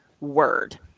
word